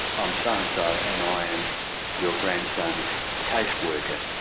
i'm so-and-so, and i am your grandson's case worker',